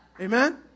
Amen